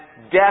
death